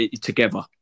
together